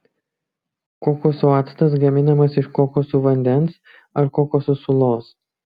kokosų actas gaminamas iš kokosų vandens ar kokosų sulos